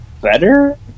Better